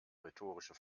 rhetorische